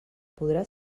podrà